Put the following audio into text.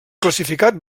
classificat